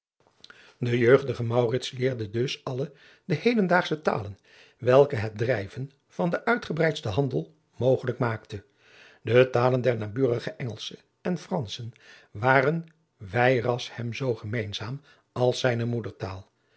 de jeugdige maurits leerde dus alle de hedendaagsche talen welke het drijven van den uitgebreidsten handel mogelijk maakten de talen der naburige engelschen en franschen waren weiras hem zoo gemeenzaam als zijne moedertaal